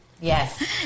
Yes